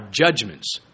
judgments